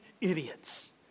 idiots